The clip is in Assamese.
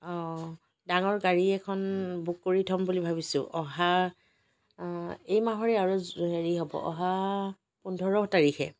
ডাঙৰ গাড়ী এখন বুক কৰি থ'ম বুলি ভাবিছো অহা এই মাহৰে আৰু হেৰি হ'ব অহা পোন্ধৰ তাৰিখে